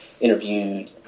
interviewed